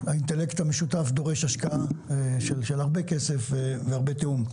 האינטלקט המשותף דורש השקעה של הרבה כסף והרבה תיאום.